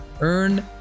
Earn